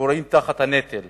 כורעים תחת הנטל